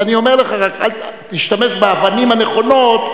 אז אני אומר לך רק: תשתמש באבנים הנכונות,